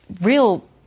real